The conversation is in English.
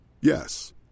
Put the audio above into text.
Yes